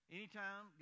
Anytime